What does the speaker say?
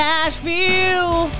Nashville